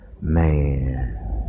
man